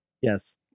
Yes